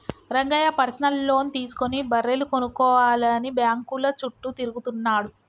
Rangayya personal loan తీసుకుని బర్రెలు కొనుక్కోవాలని బ్యాంకుల చుట్టూ తిరుగుతున్నాడు